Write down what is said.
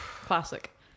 classic